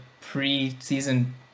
pre-season